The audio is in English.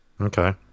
Okay